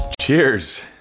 Cheers